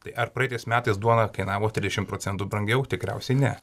tai ar praeitais metais duona kainavo trisdešimt procentų brangiau tikriausiai ne